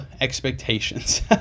expectations